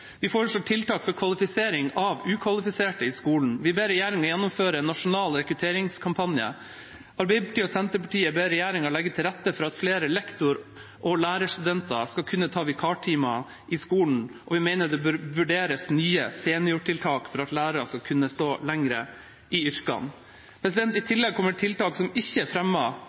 Vi foreslår tiltak for kvalifisering av ukvalifiserte i skolen. Vi ber regjeringa gjennomføre en nasjonal rekrutteringskampanje. Arbeiderpartiet og Senterpartiet ber regjeringa legge til rette for at flere lektor- og lærerstudenter skal kunne ta vikartimer i skolen, og vi mener det bør vurderes nye seniortiltak for at lærere skal kunne stå lenger i yrket. I tillegg kommer tiltak som ikke er